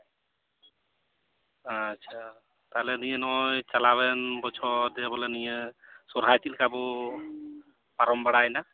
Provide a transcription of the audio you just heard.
ᱟᱪᱪᱷᱟ ᱛᱟᱞᱦᱮ ᱱᱚᱜᱼᱚᱭ ᱱᱤᱭᱟᱹ ᱪᱟᱞᱟᱣᱮᱱ ᱵᱚᱪᱷᱚᱨ ᱵᱚᱞᱮ ᱱᱤᱭᱟᱹ ᱥᱚᱨᱦᱟᱭ ᱪᱮᱫᱞᱮᱠᱟ ᱵᱚ ᱯᱟᱨᱚᱢ ᱵᱟᱲᱟᱭᱮᱱᱟ